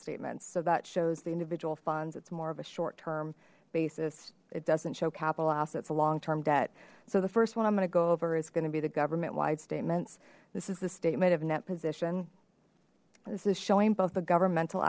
statement so that shows the individual funds it's more of a short term basis it doesn't show capital assets a long term debt so the first one i'm going to go over is going to be the government wide statements this is the statement of net position this is showing both the governmental